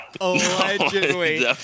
Allegedly